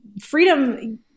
freedom